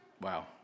Wow